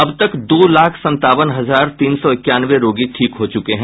अब तक दो लाख संतावन हजार तीन सौ इक्यानवे रोगी ठीक हो चुके हैं